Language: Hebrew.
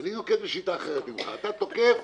אני נוקט בשיטה אחרת ממך, אתה תוקף